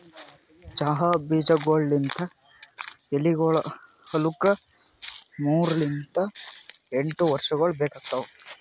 ಚಹಾ ಬೀಜಗೊಳ್ ಲಿಂತ್ ಎಲಿಗೊಳ್ ಆಲುಕ್ ಮೂರು ಲಿಂತ್ ಎಂಟು ವರ್ಷಗೊಳ್ ಬೇಕಾತವ್